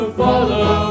follow